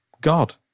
God